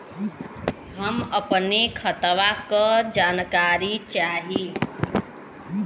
हम अपने खतवा क जानकारी चाही?